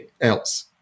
else